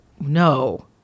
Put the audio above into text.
No